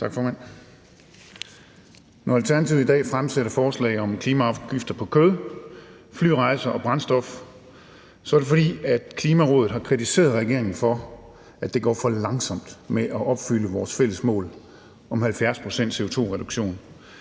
Når Alternativet i dag fremsætter et forslag om klimaafgifter på kød, flyrejser og brændstof, er det, fordi Klimarådet har kritiseret regeringen for, at det går for langsomt med at opfylde vores fælles mål om 70 pct.s CO2-reduktion